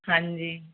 ਹਾਂਜੀ